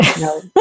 No